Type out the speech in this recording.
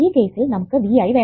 ഈ കേസിൽ നമുക്ക് V1 വേണം